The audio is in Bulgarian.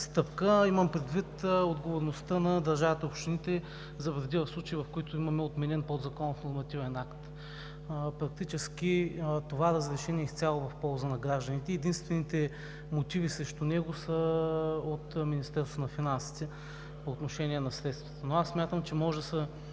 стъпка – имам предвид отговорността на държавата и общините за вреди в случаи, в които имаме отменен подзаконов нормативен акт. Практически това разрешение е изцяло в полза на гражданите. Единствените мотиви срещу него са от Министерството на финансите по отношение на средствата, но аз смятам, че може да се